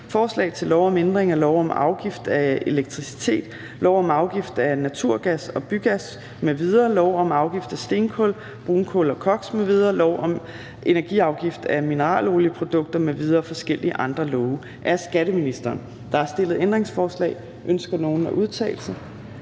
Forslag til lov om ændring af lov om afgift af elektricitet, lov om afgift af naturgas og bygas m.v., lov om afgift af stenkul, brunkul og koks m.v., lov om energiafgift af mineralolieprodukter m.v. og forskellige andre love. (Udmøntning af dele af »Klimaaftale for energi og industri mv.